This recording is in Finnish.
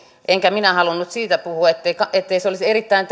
enkä minä halunnut siitä puhua ettei se kansalaisten palaute olisi erittäin